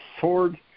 sword